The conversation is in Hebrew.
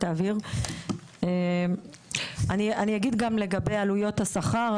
אני אגיד גם לגבי עלויות השכר,